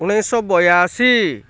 ଉଣେଇଶ ବୟାଅଶୀ